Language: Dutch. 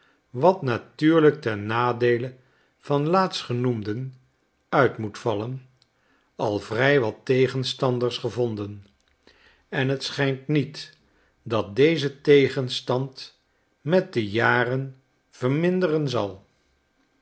wat natuurlijk ten nadeele van laatstgenoemden ult moet vallen al vrij wat tegenstanders gevonden en t schijnt niet dat deze tegenstand met de jaren verminderen zal